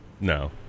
No